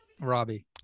Robbie